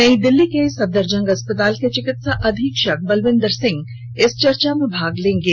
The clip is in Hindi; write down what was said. नई दिल्ली के सफदरजंग अस्पताल के चिकित्सा अधीक्षक बलविंदर सिंह चर्चा में भाग लेंगे